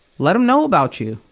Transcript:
let em know about you.